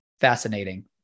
Fascinating